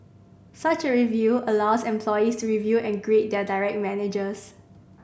such a review allows employees to review and grade their direct managers